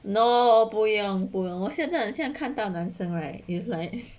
no 不要不要我现在现在很像看到男生 right is like